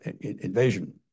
invasion